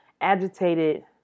agitated